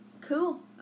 Cool